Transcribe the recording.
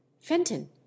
fenton